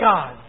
God